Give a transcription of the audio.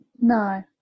No